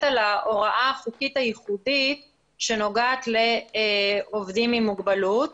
להוראה החוקית הייחודית שנוגעת לעובדים עם מוגבלות.